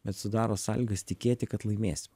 bet sudaro sąlygas tikėti kad laimėsim